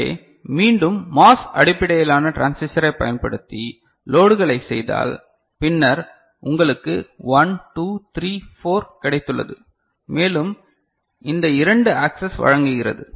எனவே மீண்டும் MOS அடிப்படையிலான டிரான்சிஸ்டரைப் பயன்படுத்தி லோடுகளை செய்தால் பின்னர் உங்களுக்கு 1 2 3 4 கிடைத்துள்ளது மேலும் இந்த 2 ஆக்ஸஸ் வழங்குகிறது